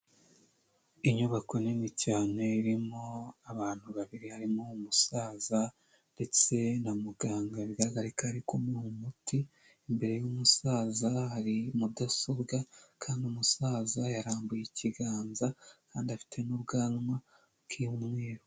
Inyubako nini cyane irimo abantu babiri harimo umusaza ndetse na muganga bigaragara ko ari kumuha muti, imbere y'umusaza hari mudasobwa kandi umusaza yarambuye ikiganza kandi afite n'ubwanwa bw'umweru.